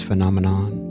phenomenon